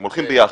הם הולכים ביחד.